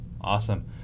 Awesome